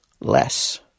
less